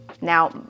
Now